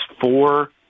four